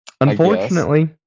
Unfortunately